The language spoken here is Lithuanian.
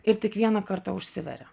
ir tik vieną kartą užsiveria